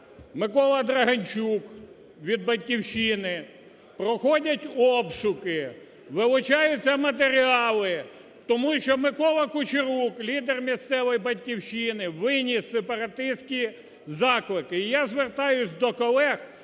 Микола Драганчук від "Батьківщини", проходять обшуки, вилучаються матеріали, тому що Микола Кучерук, лідер місцевої "Батьківщини", виніс сепаратистські заклики. І я звертаюся до колег,